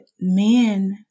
men